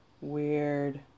Weird